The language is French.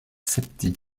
septies